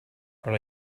are